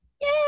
Yay